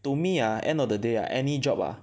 to me ah end of the day ah any job ah